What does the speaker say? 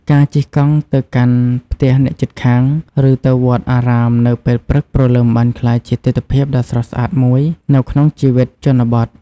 ការជិះកង់ទៅកាន់ផ្ទះអ្នកជិតខាង ឬទៅវត្តអារាមនៅពេលព្រឹកព្រលឹមបានក្លាយជាទិដ្ឋភាពដ៏ស្រស់ស្អាតមួយនៅក្នុងជីវិតជនបទ។